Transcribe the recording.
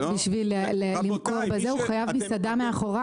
בשביל למכור ביריד מזון הוא חייב שיהיה לו מטבח של מסעדה מאחוריו.